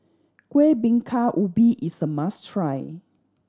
Kueh Bingka Ubi is a must try